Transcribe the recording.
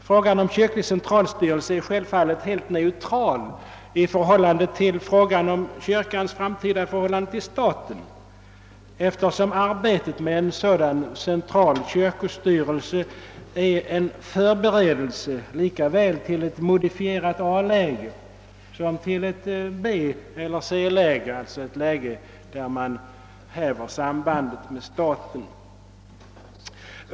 Frågan om kyrklig centralstyrelse är självfallet helt neutral i förhållande till frågan om kyrkans framtida förhållande till staten, eftersom arbetet med en sådan central kyrkostyrelse är en förberedelse lika väl till ett modifierat A-läge som ett B eller C-läge; alltså ett läge där man häver sambandet med staten.